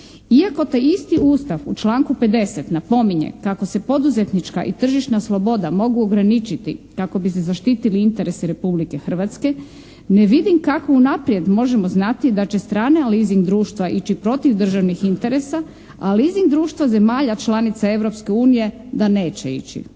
Iako taj isti Ustav u članku 50. napominje kako se poduzetnička i tržišna sloboda mogu ograničiti kako bi se zaštiti interesi Republike Hrvatske ne vidim kako unaprijed možemo znati da će strana leasing društva ići protiv državnih interesa, a leasing društva zemalja članica Europske unije